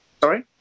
sorry